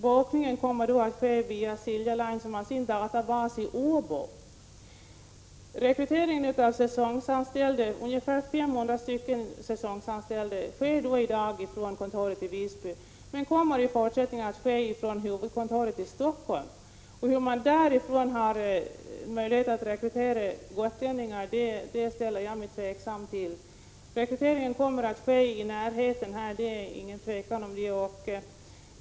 Bokningen kommer att ske via Silja Line, som har sin databas i Åbo. Rekryteringen av de 500 säsonganställda sker i dag från kontoret i Visby. Men i fortsättningen kommer den att ske från huvudkontoret i Stockholm. Jag tvivlar på att man därifrån kommer att kunna rekrytera gotlänningar. I stället kommer man säkerligen att rekrytera personal som bor i de här trakterna.